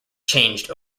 changed